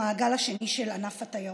המעגל השני של ענף התיירות.